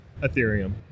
Ethereum